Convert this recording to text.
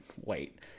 wait